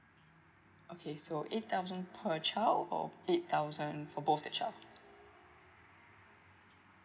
okay so eight thousand per child or eight thousand for both the child